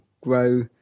grow